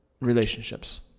relationships